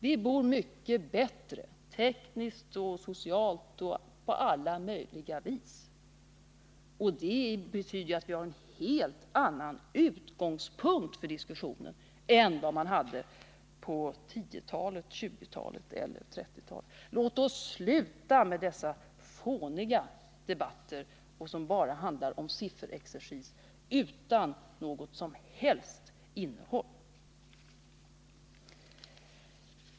Vi bor nu mycket bättre — tekniskt, socialt och på alla möjliga vis. Det betyder att vi har en helt annan utgångspunkt för diskussionen än man hade på 1910-talet, 1920-talet eller 1930-talet. Låt oss sluta med dessa fåniga debatter, där det bara bedrivs sifferexercis utan något som helst innehåll!